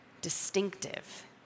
distinctive